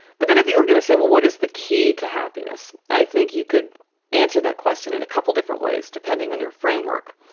but then if you are going to say, well, what is the key to happiness, i think you could answer that question in a couple of different ways, depending on your framework.